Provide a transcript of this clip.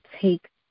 take